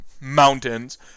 mountains